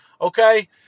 Okay